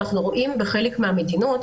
אנחנו רואים בחלק מהמדינות,